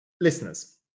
Listeners